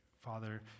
Father